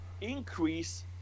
increase